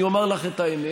אני אומר לך את האמת,